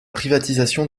privatisation